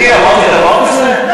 אני אמרתי דבר כזה?